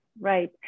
Right